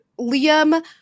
Liam